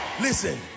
Listen